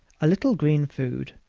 a little green food,